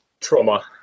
Trauma